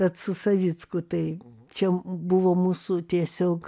bet su savicku tai čia buvo mūsų tiesiog